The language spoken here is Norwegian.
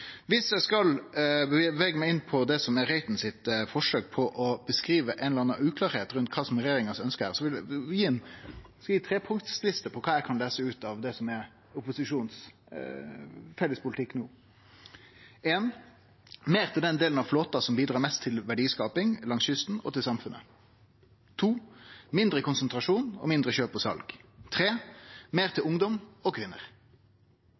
Viss eg skal bevege meg inn på det som er representanten Reitens forsøk på å beskrive ei eller anna uklarheit rundt kva som er regjeringas ønske her, vil eg gi ei trepunktsliste over det eg kan lese som opposisjonens felles politikk no: meir til den delen av flåten som bidrar mest til verdiskaping langs kysten og til samfunnet mindre konsentrasjon og mindre kjøp og sal meir til ungdom og kvinner